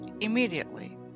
immediately